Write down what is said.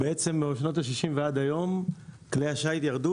משנות ה-60 ועד היום כלי השיט בעצם ירדו